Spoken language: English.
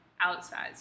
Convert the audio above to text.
outside